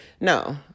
No